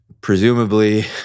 presumably